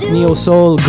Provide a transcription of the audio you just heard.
Neo-soul